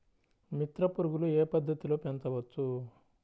మిత్ర పురుగులు ఏ పద్దతిలో పెంచవచ్చు?